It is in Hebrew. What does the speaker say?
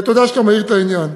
ותודה שאתה מאיר את העניין.